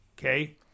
Okay